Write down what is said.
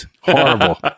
Horrible